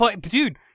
dude